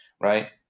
right